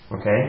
Okay